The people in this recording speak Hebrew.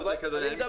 אתה צודק, אדוני.